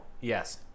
yes